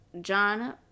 John